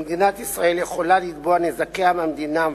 ומדינת ישראל יכולה לתבוע נזקיה מהמדינה המבקשת.